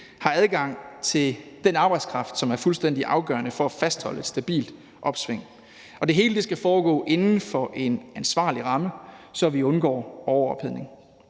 har adgang til den arbejdskraft, som er fuldstændig afgørende for at fastholde et stabilt opsving. Det hele skal foregå inden for en ansvarlig ramme, så vi undgår overophedning.